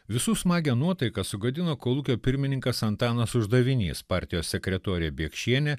visų smagią nuotaiką sugadino kolūkio pirmininkas antanas uždavinys partijos sekretorė biekšienė